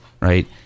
right